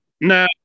No